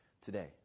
today